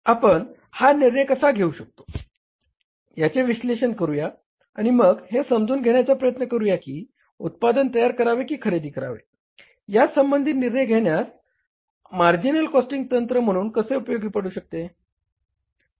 आपण हा निर्णय कसा घेऊ शकतो याचे विश्लेषण करूया आणि मग हे समजून घेण्याचा प्रयत्न करूया की उत्पादन तयार करावे की खरेदी करावे यासंबंधी निर्णय घेण्यास मार्जिनल कॉस्टिंग तंत्र कसे उपयोगी पडते